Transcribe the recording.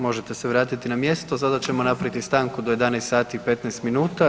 Možete se vratiti na mjesto, sada ćemo napraviti stanku do 11 sati i 15 minuta.